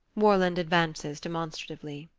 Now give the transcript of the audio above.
warland advances demonstratively.